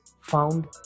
found